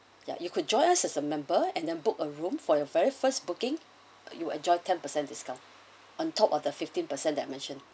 ya you could join us as a member and then book a room for your very first booking you enjoy ten percent discount on top of the fifteen percent that I mentioned